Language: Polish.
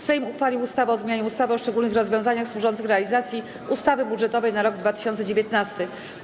Sejm uchwalił ustawę o zmianie ustawy o szczególnych rozwiązaniach służących realizacji ustawy budżetowej na rok 2019.